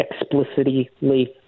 explicitly